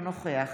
אינו נוכח